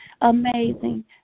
amazing